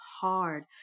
hard